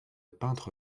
peintre